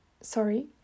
sorry